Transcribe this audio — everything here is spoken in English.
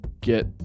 get